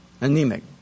Anemic